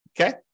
Okay